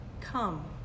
come